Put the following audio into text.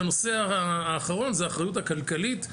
והנושא האחרון זה האחריות הכלכלית,